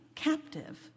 Captive